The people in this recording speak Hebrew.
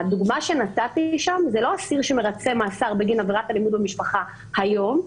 הדוגמה שנתתי היא לא של אסיר שמרצה מאסר בגין עבירת אלימות במשפחה היום,